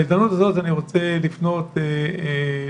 בהזדמנות הזאת אני רוצה לפנות לאותם